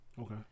Okay